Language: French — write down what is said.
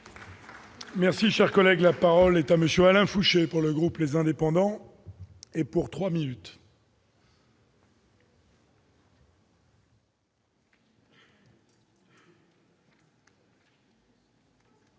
Merci, cher collègue, la parole est à monsieur Alain Fouché pour le groupe, les indépendants et pour 3 minutes.